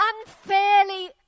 unfairly